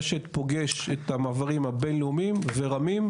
רשת פוגש את המעברים הבינלאומיים ורמי"ם